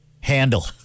Handle